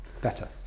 better